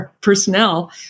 personnel